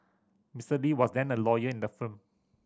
Mister Lee was then a lawyer in the firm